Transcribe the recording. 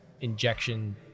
injection